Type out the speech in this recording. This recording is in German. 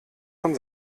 von